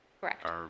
Correct